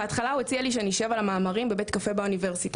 בהתחלה הוא הציע לי שנשב על המאמרים בבית קפה באוניברסיטה,